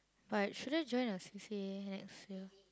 but shouldn't join a C_C_A next year